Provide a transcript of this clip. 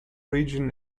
region